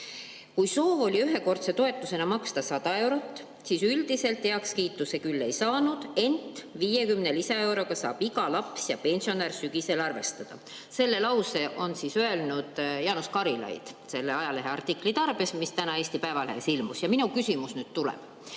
Kui soov oli ühekordse toetusena maksta 100 eurot, siis üldiselt heakskiitu see küll ei saanud, ent 50 lisaeuroga saab iga laps ja pensionär sügisel arvestada." Selle lause on öelnud Jaanus Karilaid selle ajaleheartikli tarvis, mis täna Eesti Päevalehes ilmus. Ja nüüd tuleb